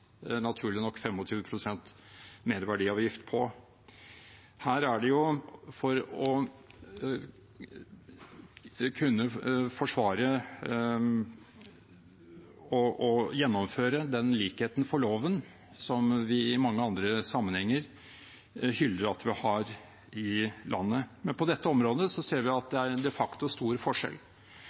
merverdiavgift på. Her er det for å kunne forsvare og gjennomføre den likheten for loven som vi i mange andre sammenhenger hyller at vi har i landet. Men på dette området ser vi at det er de facto stor forskjell.